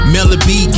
Melody